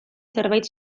zerbait